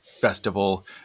festival